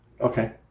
Okay